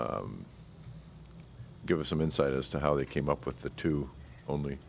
give us some insight as to how they came up with the two only